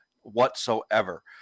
whatsoever